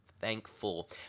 thankful